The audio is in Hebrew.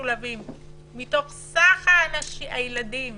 מתוך סך התלמידים